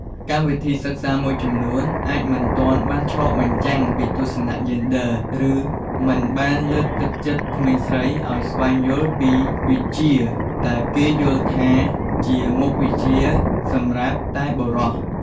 កម្មវិធីសិក្សាមួយចំនួនអាចមិនទាន់បានឆ្លុះបញ្ចាំងពីទស្សនៈយេនឌ័រ ឬមិនបានលើកទឹកចិត្តក្មេងស្រីឱ្យស្វែងយល់មុខវិជ្ជាដែលគេយល់ថាជាមុខវិជ្ជាសម្រាប់តែបុរស។